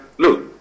Look